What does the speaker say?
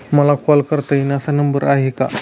मला कॉल करता येईल असा नंबर आहे का?